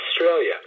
Australia